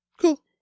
cool